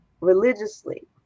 religiously